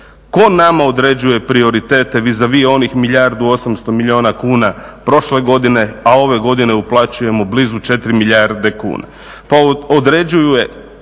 Tko nama određuje prioritete vizavi onih milijardu 800 milijuna kuna prošle godine, a ove godine uplaćujemo blizu 4 milijarde kuna.